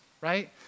right